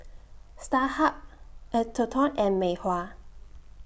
Starhub Atherton and Mei Hua